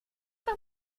noch